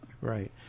Right